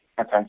Okay